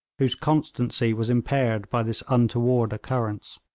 whose constancy was impaired by this untoward occurrence.